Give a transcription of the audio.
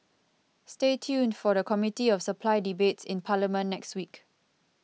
stay tuned for the Committee of Supply debates in parliament next week